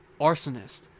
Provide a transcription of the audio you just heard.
arsonist